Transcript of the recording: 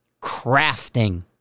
crafting